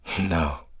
No